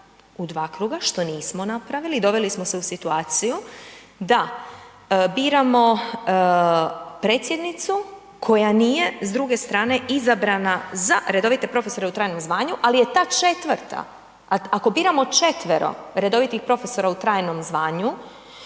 u dva kruga, što nismo napravili i doveli smo se u situaciju da biramo predsjednicu koja nije s druge strane izabrana za redovite profesore u trajnom zvanju, al je ta 4-ta, ako biramo 4-ero redovitih profesora u trajnom zvanju